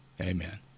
Amen